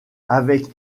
avec